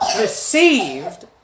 received